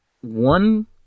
one